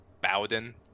bowden